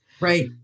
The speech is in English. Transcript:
Right